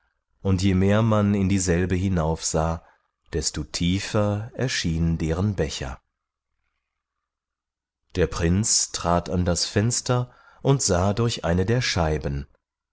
und je mehr man in dieselbe hinaufsah desto tiefer erschien deren becher der prinz trat an das fenster und sah durch eine der scheiben